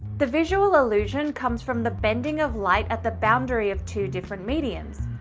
the visual illusion comes from the bending of light at the boundary of two different mediums,